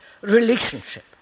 relationship